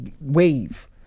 wave